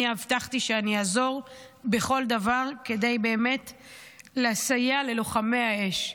אני הבטחתי שאני אעזור בכל דבר כדי לסייע ללוחמי האש.